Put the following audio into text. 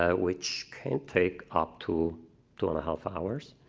ah which can take up to two-and-a-half hours